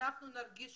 עוד מעט אנחנו נרגיש,